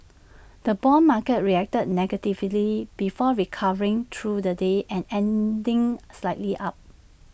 the Bond market reacted negatively before recovering through the day and ending slightly up